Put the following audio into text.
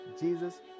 Jesus